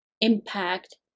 impact